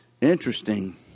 Interesting